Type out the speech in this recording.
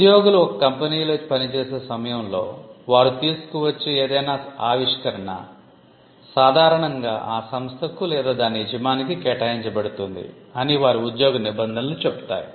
ఉద్యోగులు ఒక కంపెనీలో పనిచేసే సమయంలో వారు తీసుకువచ్చే ఏదైనా ఆవిష్కరణ సాధారణంగా ఆ సంస్థకు లేదా దాని యజమానికి కేటాయించబడుతుంది అని వారి ఉద్యోగ నిబంధనలు చెబుతాయి